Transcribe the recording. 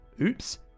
Oops